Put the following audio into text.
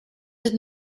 did